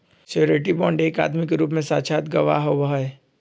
surety bond एक आदमी के रूप में साक्षात गवाह होबा हई